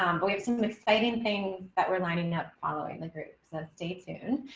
um but we have some exciting thing that we're lining up following the group. so stay tuned.